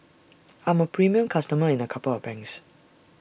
I'm A premium customer in A couple of banks